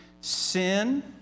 sin